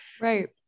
Right